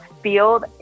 field